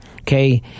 okay